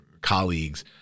colleagues